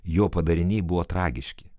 jo padariniai buvo tragiški